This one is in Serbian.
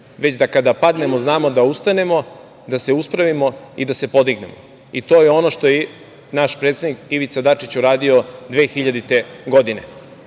već da kada padnemo znamo da ustanemo, da se uspravimo i da se podignemo. To je ono što je naš predsednik Ivica Dačić uradio 2000. godine.